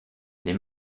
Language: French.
les